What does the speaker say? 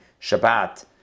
Shabbat